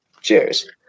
Cheers